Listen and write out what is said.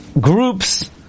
groups